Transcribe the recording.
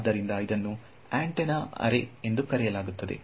ಆದ್ದರಿಂದ ಇದನ್ನು antenna array ಎಂದು ಕರೆಯಲಾಗುತ್ತದೆ